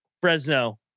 Fresno